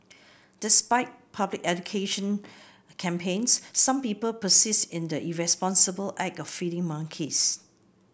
despite public education campaigns some people persist in the irresponsible act of feeding monkeys